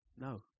No